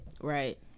right